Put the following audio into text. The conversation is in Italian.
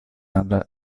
alla